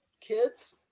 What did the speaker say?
kids